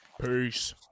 Peace